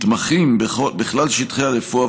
מתמחים בכלל שטחי הרפואה,